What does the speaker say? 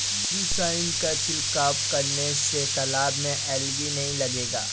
algae side का छिड़काव करने से तालाब में एलगी नहीं लगेगा